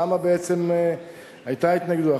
למה בעצם היתה התנגדות.